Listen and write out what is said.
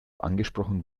angesprochen